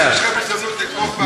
הזדמנות לתמוך בהצעה.